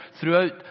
throughout